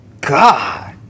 God